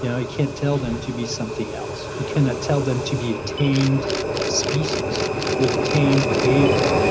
yeah you can't tell them to be something else. you cannot tell them to be a tamed species with a tamed behavior.